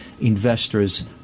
investors